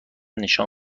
نشان